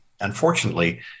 unfortunately